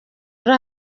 ari